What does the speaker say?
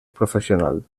professional